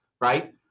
Right